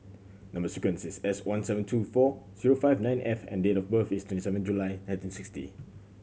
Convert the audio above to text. number sequence is S one seven two four zero five nine F and date of birth is twenty seven July nineteen sixty